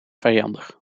vijandig